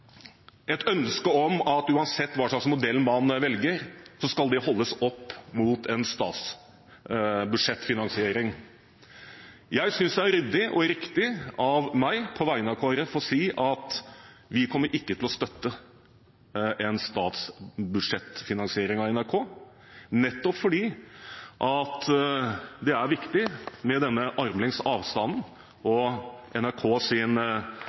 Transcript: et ønske om at uansett hva slags modell man velger, skal det holdes opp mot en statsbudsjettfinansiering. Jeg synes det er ryddig og riktig av meg, på vegne av Kristelig Folkeparti, å si at vi kommer ikke til å støtte en statsbudsjettfinansering av NRK. Nettopp fordi det er viktig med denne armlengdes avstanden og